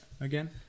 again